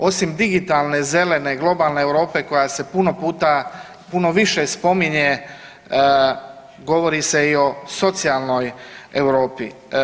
Osim digitalne, zelene i globalne Europe koja se puno puta puno više spominje govori se i o socijalnoj Europi.